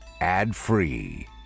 ad-free